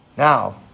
Now